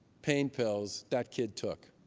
pain pills that kid took.